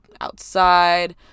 outside